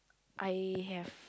I have